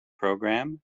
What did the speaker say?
program